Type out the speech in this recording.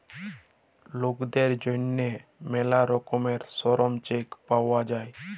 লকদের জ্যনহে ম্যালা রকমের শরম চেক পাউয়া যায়